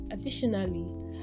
Additionally